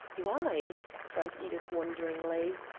why? cried edith wonderingly.